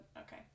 Okay